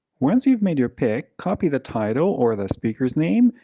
once you've made your pick, copy the title or the speaker's name,